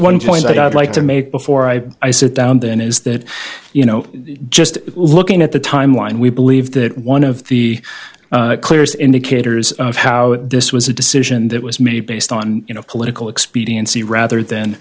one point i'd like to make before i i sit down then is that you know just looking at the timeline we believe that one of the clearest indicators of how this was a decision that was made based on you know political expediency rather than